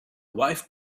wife